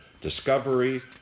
Discovery